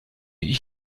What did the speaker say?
ich